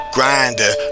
Grinder